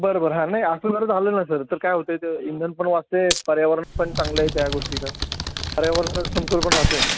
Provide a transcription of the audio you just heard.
बरं बरं हा नाही असं जर झालं ना सर तर काय होत आहे तर इंधन पण वाचते पर्यावरण पण चांगलं आहे त्या गोष्टीचं पर्यावरणाचा समतोल पण राहतो आहे